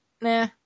Nah